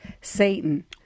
Satan